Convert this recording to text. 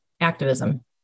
activism